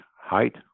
height